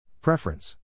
Preference